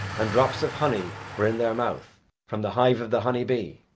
and drops of honey were in their mouth from the hive of the honey-bee.